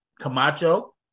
Camacho